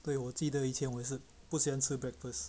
对我记得以前我也是不喜欢吃 breakfast